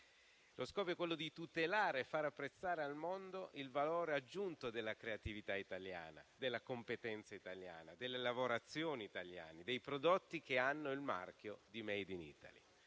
Lo scopo è quello di tutelare e far apprezzare al mondo il valore aggiunto della creatività italiana, della competenza italiana, delle lavorazioni italiane e dei prodotti che hanno il marchio di *made in Italy*.